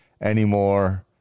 anymore